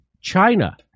China